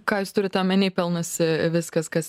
ką jūs turite omenyje pelnosi viskas kas